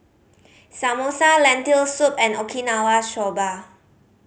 Samosa Lentil Soup and Okinawa Soba